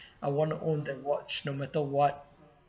I want to own that watch no matter what